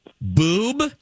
Boob